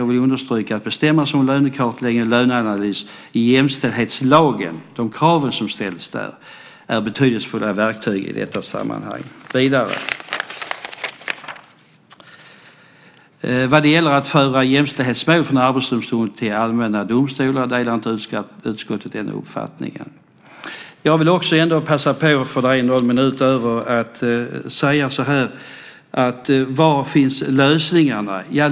Jag vill understryka att de krav som ställs i jämställdhetslagen när det gäller löner och löneanalys är betydelsefulla verktyg i sammanhanget. Vad gäller att föra jämställdhetsmål från Arbetsdomstolen till allmänna domstolar delar utskottet inte den uppfattningen. Jag vill också passa på att fråga: Var finns lösningarna?